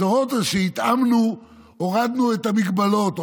הבשורות הן שהורדנו את המגבלות,